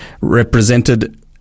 represented